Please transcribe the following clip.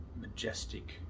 majestic